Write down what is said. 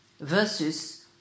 versus